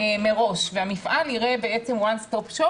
מראש והמפעל יראה One stop shop,